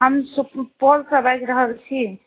हम सुपौलसँ बाजि रहल छी